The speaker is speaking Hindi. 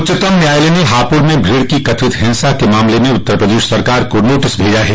उच्चतम न्यायालय ने हापुड़ में भीड़ की कथित हिंसा मामले में उत्तर प्रदेश सरकार को नोटिस भेजा है